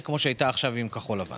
וכל שכן במקום כמו מערת המכפלה.